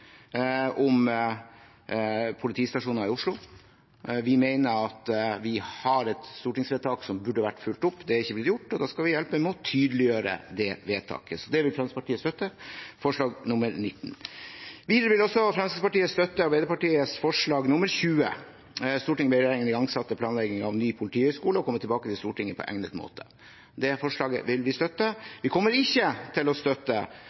om politistasjoner i Oslo. Vi mener vi har et stortingsvedtak som burde vært fulgt opp. Det er ikke blitt gjort, og da skal vi hjelpe til med å tydeliggjøre det vedtaket. Så det vil Fremskrittspartiet støtte, forslag nr. 19. Videre vil Fremskrittspartiet støtte Arbeiderpartiets forslag nr. 20: «Stortinget ber regjeringen igangsette planleggingen av ny politihøgskole og komme tilbake til Stortinget på egnet måte.» Det forslaget vil vi støtte. Vi kommer ikke til å støtte